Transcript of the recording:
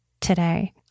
today